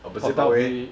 opposite parkway